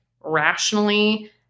rationally